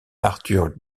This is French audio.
arthur